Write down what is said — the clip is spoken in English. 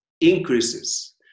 increases